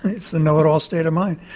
it's the know it all state of mind.